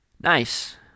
Nice